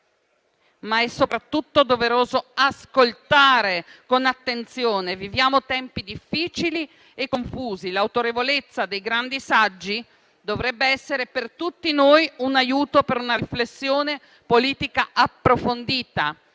ma soprattutto ascoltare con attenzione. Viviamo tempi difficili e confusi: l'autorevolezza dei grandi saggi dovrebbe essere per tutti noi un aiuto per una riflessione politica approfondita.